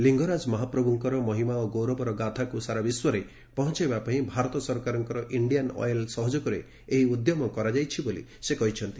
ଲିଙ୍ଗରାଜ ମହାପ୍ରଭ୍ରଙ୍କର ମହିମା ଓ ଗୌରବର ଗାଥାକୁ ସାରା ବିଶ୍ୱରେ ପହଞାଇବା ପାଇଁ ଭାରତ ସରକାରଙ୍କର ଇଣ୍ଡିଆନ ଅଏଲ ସହଯୋଗରେ ଏହି ଉଦ୍ୟମ କରାଯାଇଛି ବୋଲି ସେ କହିଛନ୍ତି